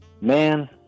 Man